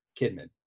Kidman